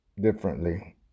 differently